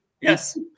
Yes